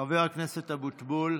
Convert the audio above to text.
חבר הכנסת אבוטבול,